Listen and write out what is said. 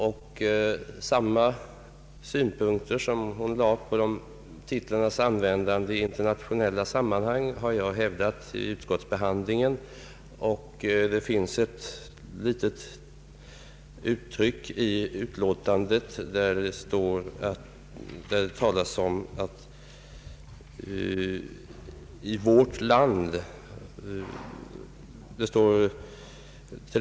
De synpunkter hon framförde på titlarnas användande i internationella sammanhang har jag hävdat vid utskottsbehandlingen, och i utlåtandet används uttrycket ”i vårt land”.